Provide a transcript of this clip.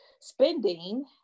spending